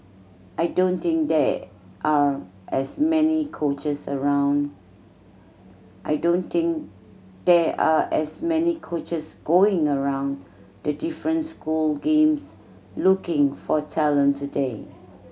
I don't think there are as many coaches around I don't think there are as many coaches going around the different school games looking for talent today